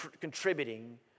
contributing